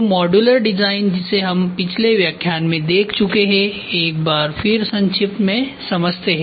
तो modular design जिसे हम पिछले व्याख्यान में देख चुके हैं एक बार फिर संक्षिप्त में समझते है